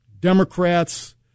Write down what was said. Democrats